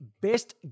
best